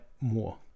more